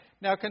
Now